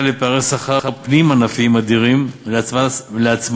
לפערי שכר פנים-ענפיים אדירים ולהצמדת